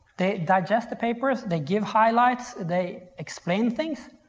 they digest the papers. they give highlights. they explain things.